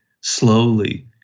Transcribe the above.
slowly